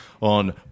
on